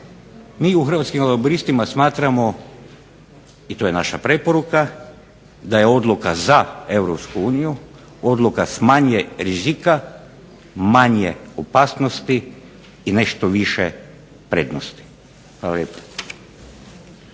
MI u Hrvatskim laburistima smatramo i to je naša preporuka da je odluka "ZA" europsku uniju odluka s manje rizika, manje opasnosti i nešto više prednosti. Hvala lijepa.